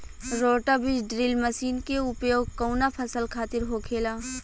रोटा बिज drill machine के उपयोग कऊना फसल खातिर होखेला?